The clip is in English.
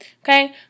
okay